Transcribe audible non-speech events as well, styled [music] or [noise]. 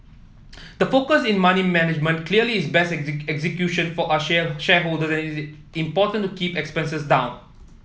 the focus in money management clearly is best [unintelligible] execution for our share shareholder [unintelligible] it's important to keep expenses down